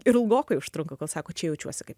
ir ilgokai užtrunka kol sako čia jaučiuosi kaip